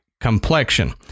complexion